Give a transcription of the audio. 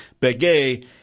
Begay